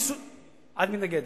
אני מתנגדת.